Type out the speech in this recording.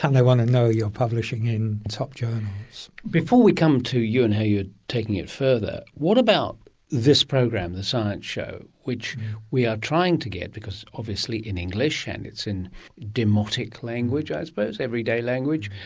um they want to know you're publishing in top journals. before we come to you and how you're taking it further, what about this program, the science show, which we are trying to get. because it's obviously in english and it's in demotic language, i suppose, everyday language.